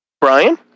Brian